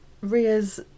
Ria's